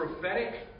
prophetic